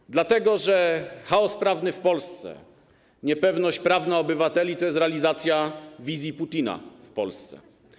Otóż dlatego, że chaos prawny w Polsce, niepewność prawna obywateli to jest realizacja wizji Putina w Polsce.